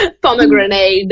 pomegranate